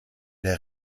der